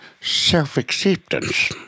self-acceptance